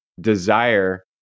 desire